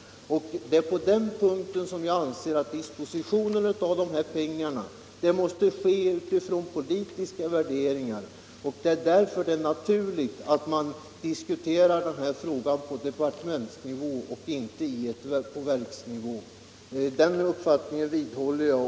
Dispositionen av dessa pengar måste ske med utgångspunkt från politiska värderingar. Därför är det naturligt att man diskuterar den här frågan på departementsnivå och inte på verksnivå. Den uppfattningen vidhåller jag.